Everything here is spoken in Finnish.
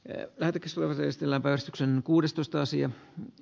en lähde kisoihin sillä rasituksen kuudestoista asiaa